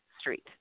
Street